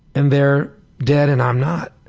and they're dead and i'm not.